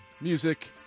music